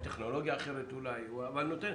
אולי בטכנולוגיה אחרת אבל נותן.